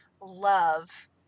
love